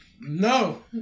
No